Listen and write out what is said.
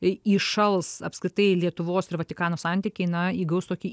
įšals apskritai lietuvos ir vatikano santykiai na įgaus tokį